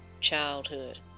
childhood